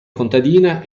contadina